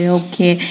okay